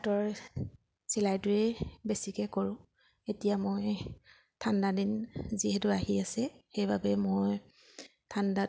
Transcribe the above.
হাতৰ চিলাইটোৱেই বেছিকৈ কৰোঁ এতিয়া মই ঠাণ্ডা দিন যিহেতু আহি আছে সেইবাবে মই ঠাণ্ডাত